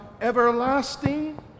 everlasting